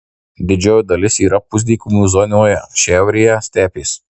didžioji dalis yra pusdykumių zonoje šiaurėje stepės